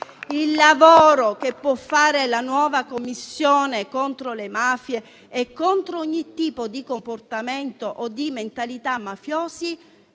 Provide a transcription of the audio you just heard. Il lavoro che può fare la nuova Commissione contro le mafie e contro ogni tipo di comportamento o di mentalità mafiosi